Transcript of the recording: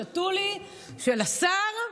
שתו לי" של השר,